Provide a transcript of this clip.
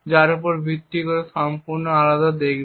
যা এর উপর ভিত্তি করে সম্পূর্ণ আলাদা দেখাবে